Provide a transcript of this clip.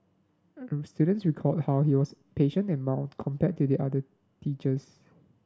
students recalled how he was patient and mild compared to the other teachers